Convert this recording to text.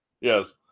yes